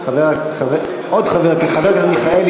הצביעה בטעות במקומו של השר לפיד.